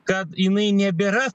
kad jinai nebėra